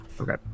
Okay